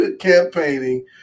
campaigning